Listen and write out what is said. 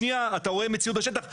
ופעם שנייה אתה רואה מציאות בשטח,